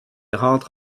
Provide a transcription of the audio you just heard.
rentre